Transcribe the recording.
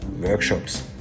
Workshops